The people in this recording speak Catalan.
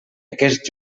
aquest